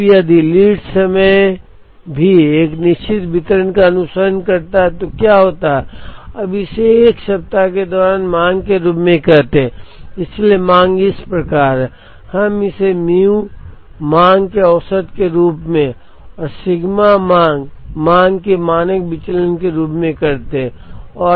अब यदि लीड समय भी एक निश्चित वितरण का अनुसरण करता है तो क्या होता है अब इसे एक सप्ताह के दौरान मांग के रूप में कहते हैं इसलिए मांग इस प्रकार है हम इसे μ मांग मांग के औसत के रूप में और सिग्मा मांग मांग के मानक विचलन के रूप में करते हैं